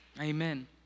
amen